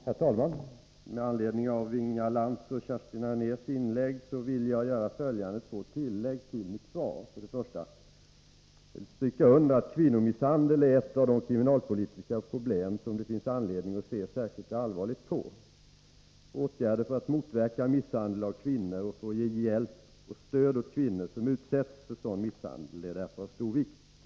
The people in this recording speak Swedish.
Herr talman! Med anledning av Inga Lantz och Kerstin Anérs inlägg vill jag göra följande två tillägg till mitt svar. För det första vill jag understryka att kvinnomisshandel är ett av de kriminalpolitiska problem som det finns anledning att se särskilt allvarligt på. Åtgärder för att motverka misshandel av kvinnor och ge hjälp och stöd åt kvinnor som utsätts för sådan misshandel är därför av stor vikt.